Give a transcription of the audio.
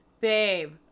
babe